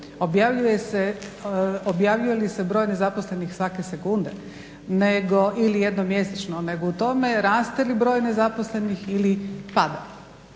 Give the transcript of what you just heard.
objavljuje li se broj nezaposlenih svake sekunde nego ili jednom mjesečno nego u tome raste li broj nezaposlenih ili pada.